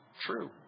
true